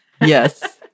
Yes